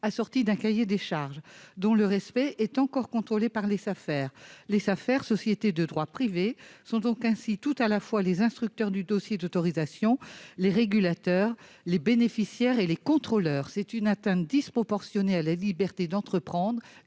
assortie d'un cahier des charges, dont le respect est encore contrôlé par les Safer. Les Safer, sociétés de droit privé, sont donc tout à la fois les instructeurs du dossier d'autorisation, les régulateurs, les « bénéficiaires » et les contrôleurs. Il s'agit là d'une atteinte disproportionnée à la liberté d'entreprendre